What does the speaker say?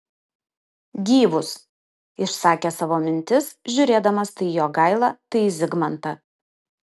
gyvus išsakė savo mintis žiūrėdamas tai į jogailą tai į zigmantą